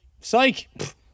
psych